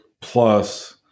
plus